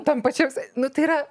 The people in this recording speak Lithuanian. tam pačiam nu tai yra